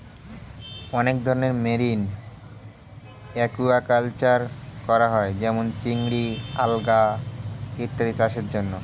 অনেক ধরনের marine aquaculture করা হয় যেমন চিংড়ি, আলগা ইত্যাদি চাষের জন্যে